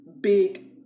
big